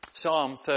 Psalm